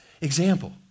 example